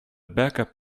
backup